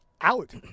out